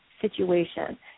situation